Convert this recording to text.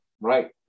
Right